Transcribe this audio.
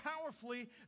powerfully